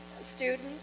student